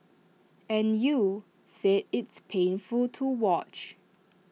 and you said it's painful to watch